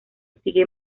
sigue